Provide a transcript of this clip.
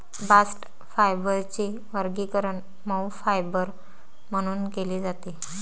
bast फायबरचे वर्गीकरण मऊ फायबर म्हणून केले जाते